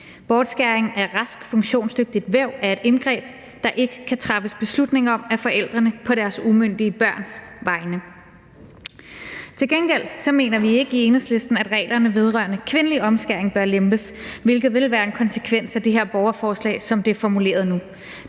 Bortskæring af raskt funktionsdygtigt væv er et indgreb, der ikke kan træffes beslutning om af forældrene på deres umyndige børns vegne. Til gengæld mener vi ikke i Enhedslisten, at reglerne vedrørende kvindelig omskæring bør lempes, hvilket ville være en konsekvens af det her borgerforslag, som det er formuleret nu.